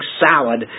salad